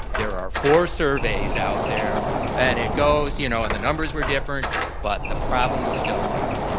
there are four surveys out there and it goes, you know, and the numbers were different but the problem was still there.